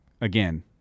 again